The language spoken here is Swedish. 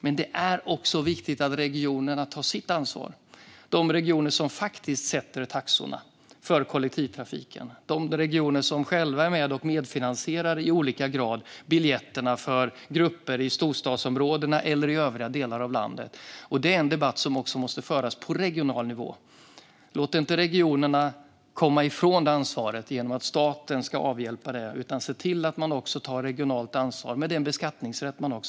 Men det är också viktigt att regionerna tar sitt ansvar - det är regioner som faktiskt sätter taxorna för kollektivtrafiken och som i olika grad är med och medfinansierar biljetter för grupper i storstadsområden eller i övriga delar av landet. Det är en debatt som också måste föras på regional nivå. Låt inte regionerna komma ifrån det ansvaret genom att staten ska avhjälpa detta! Se till att regionerna också tar ansvar med den beskattningsrätt som de har!